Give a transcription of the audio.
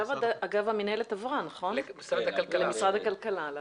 אגב, עכשיו המינהלת עברה למשרד הכלכלה.